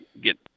get